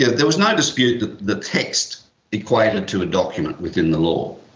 yeah there was no dispute that the text equated to a document within the law,